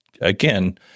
again